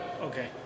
Okay